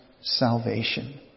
salvation